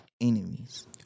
enemies